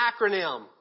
acronym